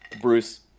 Bruce